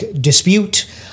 dispute